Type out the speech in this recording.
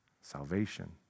salvation